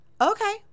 Okay